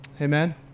Amen